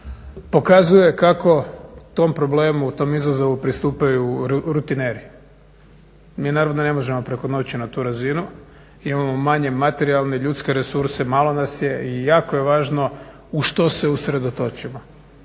pokazuje kako tom problemu tom izazovu pristupaju rutineri. Mi naravno ne možemo preko noći na tu razinu, imamo manje materijalne i ljudske resurse, malo nas je jako je važno u što se usredotočimo